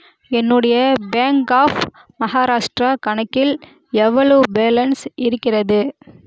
என்னுடைய bank of Maharashtra கணக்கில் எவ்வளவு பேலன்ஸ் இருக்கிறது